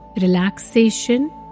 relaxation